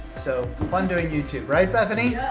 so, fun doin' youtube, right bethany?